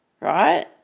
Right